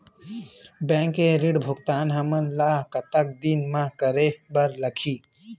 Bank के ऋण भुगतान हमन ला कतक दिन म करे बर लगही?